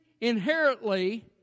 inherently